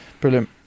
Brilliant